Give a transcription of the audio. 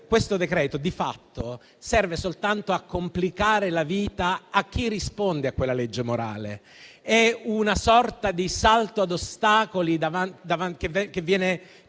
questo decreto, di fatto, serve soltanto a complicare la vita a chi risponde a quella legge morale. È una sorta di salto ad ostacoli che viene posto